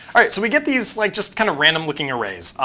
all right, so we get these like just kind of random looking arrays.